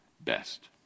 Best